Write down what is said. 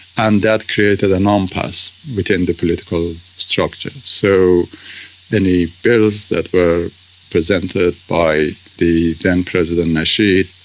and that created an um impasse within the political structure. so any bills that were presented by the then president nasheed,